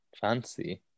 fancy